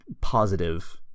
positive